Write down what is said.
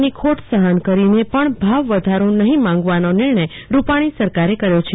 ની ખોટ સહન કરીને પણ ભાવ વધારો નહીં માંગવાનો નિર્ણય રૂપાણી સરકારે કર્યો છે